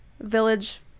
Village